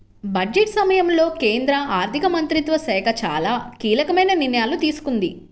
budget సమయంలో కేంద్ర ఆర్థిక మంత్రిత్వ శాఖ చాలా కీలకమైన నిర్ణయాలు తీసుకుంది